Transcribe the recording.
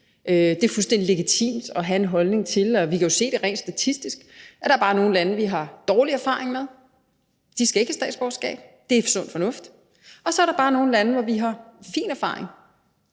Det er fuldstændig legitimt at have en holdning til – og vi kan jo se det rent statistisk – at der bare er nogle lande, vi har dårlig erfaring med. De skal ikke have statsborgerskab. Det er sund fornuft. Og så er der bare nogle lande, hvor vi har fin erfaring.